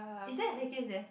is there a staircase there